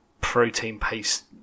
protein-paste